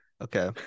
Okay